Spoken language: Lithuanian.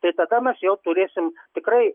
tai tada mes jau turėsim tikrai